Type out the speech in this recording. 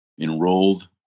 enrolled